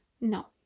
No